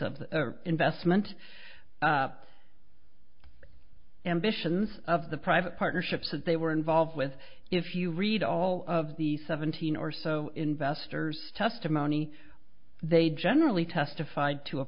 of the investment ambitions of the private partnerships that they were involved with if you read all of the seventeen or so investors testimony they generally testified to a